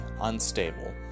unstable